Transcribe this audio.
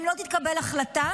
אם לא תתקבל החלטה,